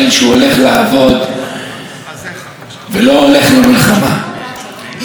במלחמה הלוחם לפחות זוכה להגנה ראויה.